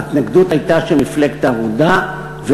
ההתנגדות הייתה של מפלגת העבודה.